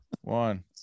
one